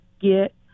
get